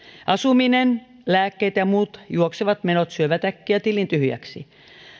asuminen lääkkeet ja muut juoksevat menot syövät äkkiä tilin tyhjäksi